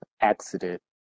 accident